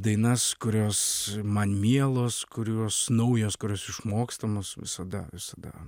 dainas kurios man mielos kurios naujos kurios išmokstamos visada visada